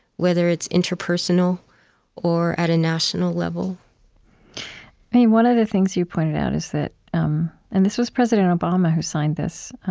whether it's interpersonal or at a national level one of the things you pointed out is um and this was president obama who signed this